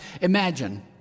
imagine